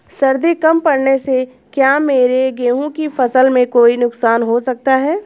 सर्दी कम पड़ने से क्या मेरे गेहूँ की फसल में कोई नुकसान हो सकता है?